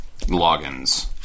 logins